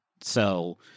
so-